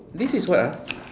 what this is what ah